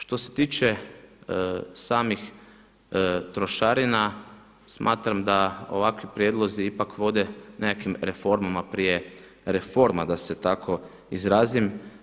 Što se tiče samih trošarina, smatram da ovakvi prijedlozi ipak vode nekakvim reformama prije reforma da se tako izrazim.